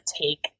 take